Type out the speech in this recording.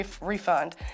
refund